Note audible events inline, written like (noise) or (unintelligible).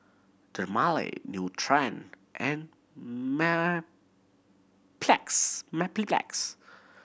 Dermale Nutren and (unintelligible) Mepilex